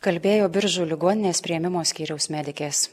kalbėjo biržų ligoninės priėmimo skyriaus medikės